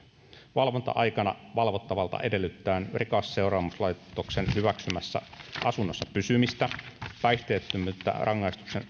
valvonta aikana valvottavalta edellytetään rikosseuraamuslaitoksen hyväksymässä asunnossa pysymistä päihteettömyyttä rangaistuksen